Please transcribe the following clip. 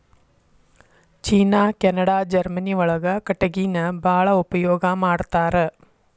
ಚೇನಾ Canada Germany ಒಳಗ ಕಟಗಿನ ಬಾಳ ಉಪಯೋಗಾ ಮಾಡತಾರ